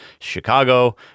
Chicago